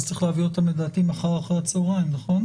אז צריך להביא אותם לדעתי מור אחר הצהריים נכון?